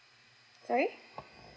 sorry